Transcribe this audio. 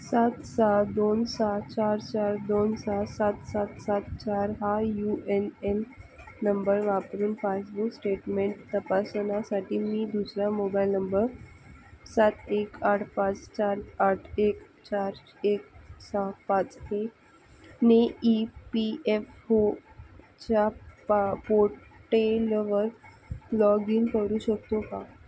सात सहा दोन सहा चार चार दोन सहा सात सात सात चार हा यू एन एन नंबर वापरून पासबुक स्टेटमेंट तपासण्यासाठी मी दुसरा मोबायल नंबर सात एक आठ पाच चार आठ एक चार एक सहा पाच हे ने ई पी एफ हो च्या पा पोर्टेलवर लॉग इन करू शकतो का